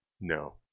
No